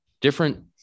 different